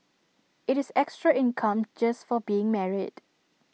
IT is extra income just for being married